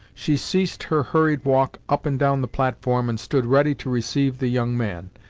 she ceased her hurried walk up and down the platform and stood ready to receive the young man,